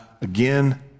again